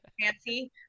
Fancy